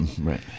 Right